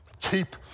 Keep